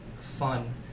fun